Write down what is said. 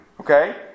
Okay